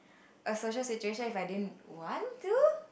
a social situation if I didn't want to